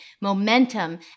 momentum